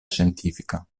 scientifica